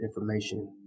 information